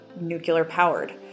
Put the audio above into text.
nuclear-powered